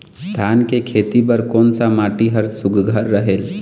धान के खेती बर कोन सा माटी हर सुघ्घर रहेल?